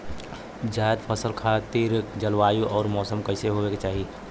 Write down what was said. जायद फसल खातिर जलवायु अउर मौसम कइसन होवे के चाही?